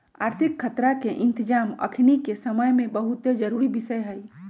आर्थिक खतरा के इतजाम अखनीके समय में बहुते जरूरी विषय हइ